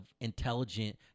intelligent